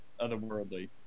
otherworldly